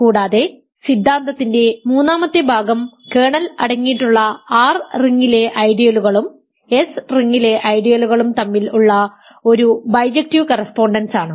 കൂടാതെ സിദ്ധാന്തത്തിന്റെ മൂന്നാമത്തെ ഭാഗം കേർണൽ അടങ്ങിയിട്ടുള്ള R റിംഗിലെ ഐഡിയലുകളും S റിംഗിലെ ഐഡിയലുകളും തമ്മിൽ ഉള്ള ഒരു ബൈജക്ടീവ് കറസ്പോണ്ടൻസ് ആണ്